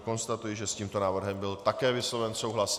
Konstatuji, že s tímto návrhem byl také vysloven souhlas.